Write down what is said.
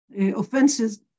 offenses